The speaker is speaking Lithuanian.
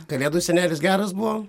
kalėdų senelis geras buvo